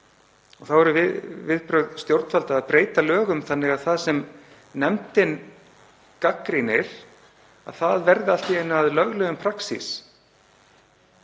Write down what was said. þá verði viðbrögð stjórnvalda sú að breyta lögum þannig að það sem nefndin gagnrýnir verði allt í einu að löglegum praxís.